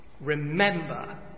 remember